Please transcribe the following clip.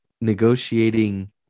negotiating